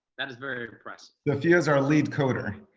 that is very impressive. sofia is our lead coder.